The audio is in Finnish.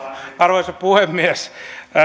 arvoisa puhemies